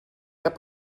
habe